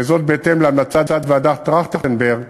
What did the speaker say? וזאת בהתאם להמלצת ועדת טרכטנברג,